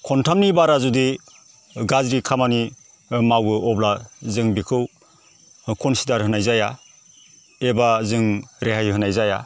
खनथामनि बारा जुदि गाज्रि खामानि मावो अब्ला जों बिखौ कनसिडार होनाय जाया एबा जों रेहाय होनाय जाया